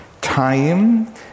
Time